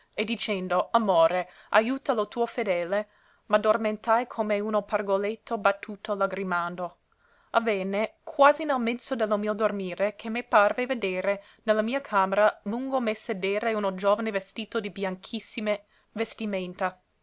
e dicendo amore aiuta lo tuo fedele m'addormentai come uno pargoletto battuto lagrimando avvenne quasi nel mezzo de lo mio dormire che me parve vedere ne la mia camera lungo me sedere uno giovane vestito di bianchissime vestimenta